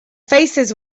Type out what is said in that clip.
faces